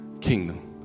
kingdom